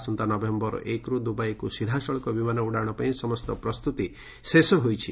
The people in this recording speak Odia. ଆସନ୍ତା ନଭେମ୍ ଦୁବାଇକୁ ସିଧାସଳଖ ବିମାନ ଉଡ଼ାଶ ପାଇଁ ସମସ୍ତ ପ୍ରସ୍ତୁତି ଶେଷ ହୋଇଛି